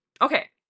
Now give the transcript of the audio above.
Okay